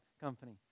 Company